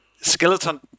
skeleton